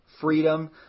freedom